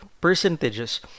percentages